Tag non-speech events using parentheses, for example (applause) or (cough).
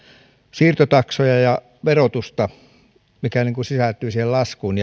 siirtotaksoja ja verotusta mitkä sisältyvät siihen laskuun (unintelligible)